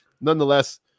nonetheless